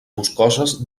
boscoses